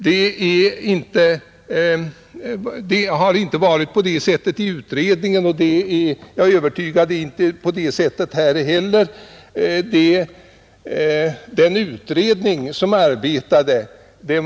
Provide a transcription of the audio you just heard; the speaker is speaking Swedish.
Det har inte varit så i utredningen, och jag är övertygad om att det inte heller här är på det viset.